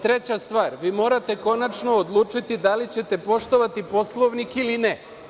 Treća stvar, vi morate konačno odlučiti da li ćete poštovati Poslovnik, ili ne.